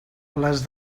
les